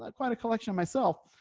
like quite a collection of myself.